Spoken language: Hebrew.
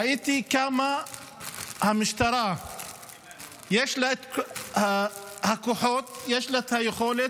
ראיתי יש למשטרה את הכוחות, את היכולת,